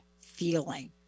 feeling